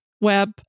Web